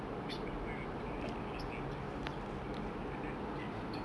most people who like lost their jobs even though they get new jobs